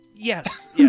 Yes